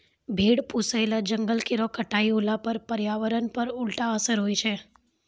भेड़ पोसय ल जंगल केरो कटाई होला पर पर्यावरण पर उल्टा असर होय छै